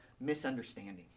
misunderstanding